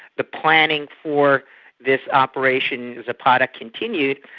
the planning for this operation zapata continued,